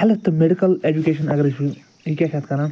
health تہٕ medical education اگر أسۍ یہِ کیٛاہ چھُ اتھ کَران